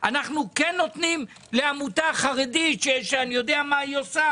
אנחנו כן נותנים לעמותה חרדית שאני לא יודע מה היא עושה?